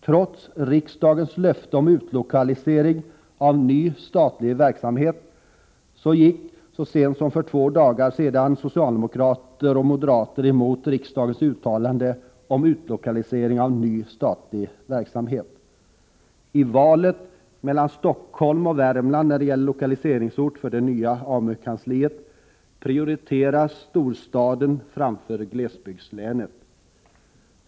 Trots riksdagens löften om utlokalisering av ny statlig verksamhet gick så sent som för två dagar sedan socialdemokrater och moderater emot dessa riksdagens uttalanden. I valet mellan Stockholm och Värmland när det gäller lokaliseringsort för det nya AMU-kansliet prioriteras storstaden framför glesbygdslänet.